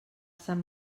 sant